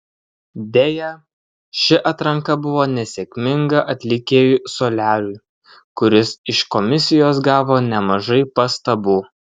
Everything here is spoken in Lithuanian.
deja ši atranka buvo nesėkminga atlikėjui soliariui kuris iš komisijos gavo nemažai pastabų